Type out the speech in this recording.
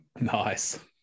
Nice